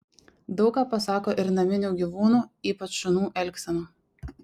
daug ką pasako ir naminių gyvūnų ypač šunų elgsena